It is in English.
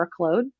workload